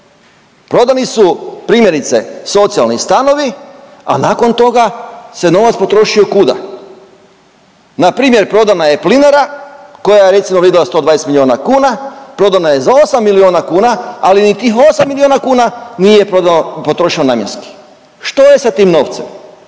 Prodani su primjerice socijalni stanovi, a nakon toga se novac potrošio kuda? Na primjer prodana je plinara koja je recimo vrijedila 120 miliona kuna, prodana je za 8 miliona kuna, ali ni tih 8 miliona kuna nije prodano, potrošeno namjenski. Što je sa tim novcem?